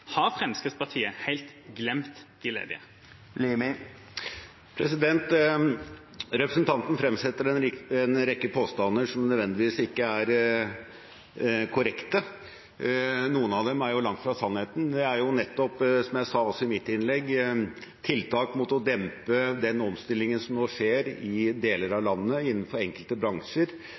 Har Fremskrittspartiet helt glemt de ledige? Representanten fremsetter en rekke påstander som nødvendigvis ikke er korrekte, og noen av dem er langt fra sannheten. Det er jo nettopp, som jeg også sa i mitt innlegg, tiltak mot å dempe den omstillingen som nå skjer i deler av landet innenfor enkelte bransjer,